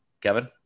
Kevin